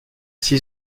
six